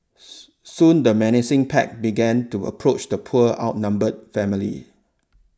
soon the menacing pack began to approach the poor outnumbered family